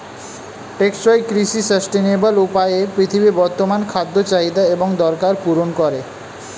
টেকসই কৃষি সাস্টেইনেবল উপায়ে পৃথিবীর বর্তমান খাদ্য চাহিদা এবং দরকার পূরণ করে